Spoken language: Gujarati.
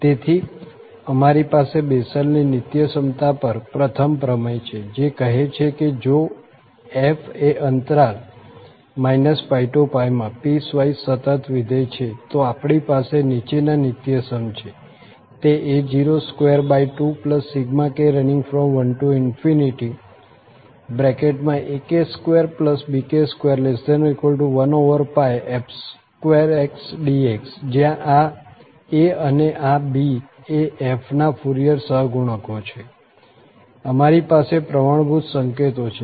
તેથી અમારી પાસે બેસેલની નિત્યસમતા પર પ્રથમ પ્રમેય છે જે કહે છે કે જો f એ અંતરાલ ππ માં પીસવાઈસ સતત વિધેય છે તો આપણી પાસે નીચેની નિત્યસમતા છે તે a022∑k1 ak2bk21f2dx જ્યાં આ a અને આ b એ f ના ફુરિયર સહગુણકો છે અમારી પાસે પ્રમાણભૂત સંકેતો છે